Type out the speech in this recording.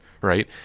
right